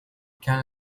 كان